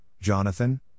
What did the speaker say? Jonathan